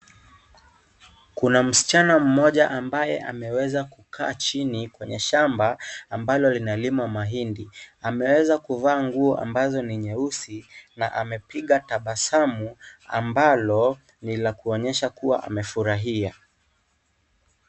Kuna msichana mmoja mbaye ameweza kukaa chini kwenye shamba ambalo linalimwa mahindi. Ameweza kuvaa nguo ambazo ni nyeusi na amepiga tabasamu ambalo ni la kuonyesha kuwa amefurahia.